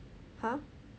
!huh!